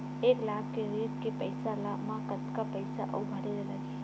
एक लाख के ऋण के पईसा म कतका पईसा आऊ भरे ला लगही?